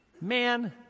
man